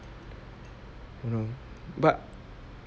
you know but